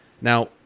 Now